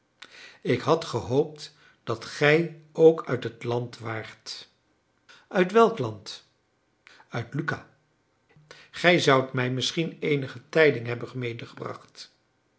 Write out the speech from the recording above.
ik had gehoopt dat gij ook uit het land waart uit welk land uit lucca gij zoudt mij misschien eenige tijding hebben